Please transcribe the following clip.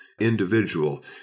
individual